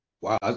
Wow